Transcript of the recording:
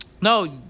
No